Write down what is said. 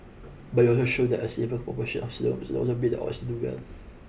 but it also showed that a significant proportion of also beat the odds do well